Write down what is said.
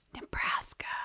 nebraska